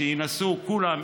שינסו כולם,